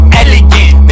elegant